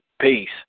Peace